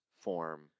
form